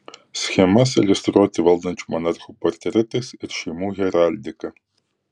schemas iliustruoti valdančių monarchų portretais ir šeimų heraldika